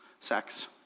sex